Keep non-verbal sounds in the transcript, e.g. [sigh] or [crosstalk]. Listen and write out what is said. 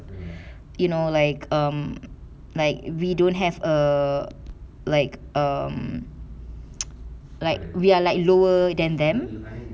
you know like um like we don't have a like um [noise] like we are like lower than them